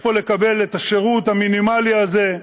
איפה לקבל את השירות המינימלי הזה,